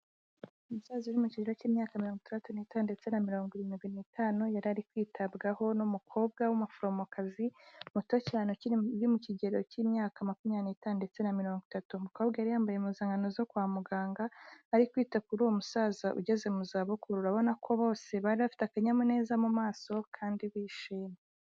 Umusaza uri mu kigero cy'imyaka mirongo itandatu n'itanu ndetse na mirongo irindwi n'itanu, yari kwitabwaho n'umukobwa w'umuforomokazi muto cyane uri mu kigero cy'imyaka makumyabiri n'itanu ndetse na mirongo itatu, umukobwa yari yambaye impuzankano zo kwa muganga ari kwita kuri uwo musaza ugeze mu zabukuru, urabona ko bose bari bafite akanyamuneza mu maso kandi bishimye.